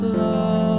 love